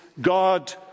God